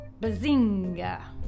bazinga